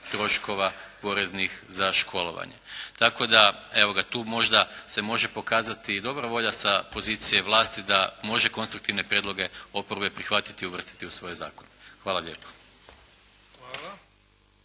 troškova poreznih za školovanje. Tako da, evo ga tu možda se može pokazati i dobra bolja sa pozicije vlasti da može konstruktivne prijedloge oporbe prihvatiti i uvrstiti u svoje zakone. Hvala lijepa.